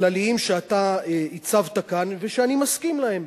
כלליים שאתה הצבת כאן ושאני מסכים להם,